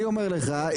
אני אומר לך,